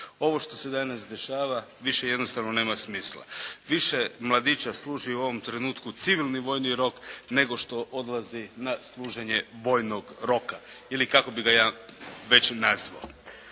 Ovo što se danas dešava više jednostavno nema smisla. Više mladića služi u ovom trenutku civilni vojni rok nego što odlazi na služenje vojnog roka, ili kako bi ga ja već i nazvao.